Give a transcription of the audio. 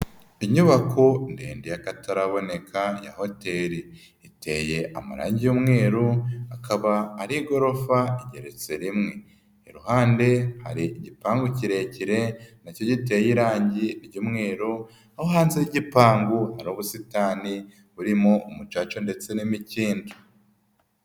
Inyubako ndende y'akataraboneka ya hoteli iteye amarangi y'umweru akaba ari igorofa yeretse rimwe, iruhande hari igipangu kirekire nacyo giteye irangi ry'umweru, aho hanze y'igipangu hari ubusitani burimo umucaca ndetse n'imikindo.